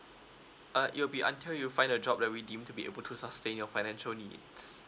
err it will be until you find a job that we deemed to be able to sustain your financial needs